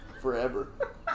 forever